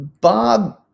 Bob